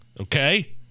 okay